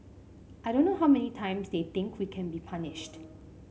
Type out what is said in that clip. I don't know how many times they think we can be punished